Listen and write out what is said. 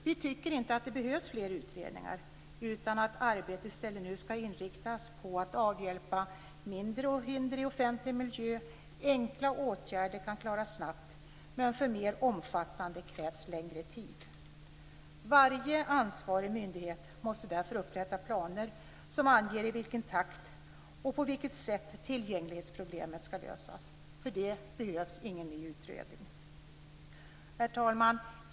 Vi tycker inte att det behövs fler utredningar, utan att arbetet i stället skall inriktas på att avhjälpa mindre hinder i offentlig miljö. Enkla åtgärder kan klaras snabbt, men för mer omfattande krävs längre tid. Varje ansvarig myndighet måste därför upprätta planer som anger i vilken takt och på vilket sätt tillgänglighetsproblemet skall lösas. För det behövs det ingen ny utredning. Herr talman!